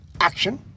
action